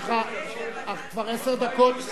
יש לך כבר עשר דקות.